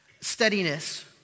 steadiness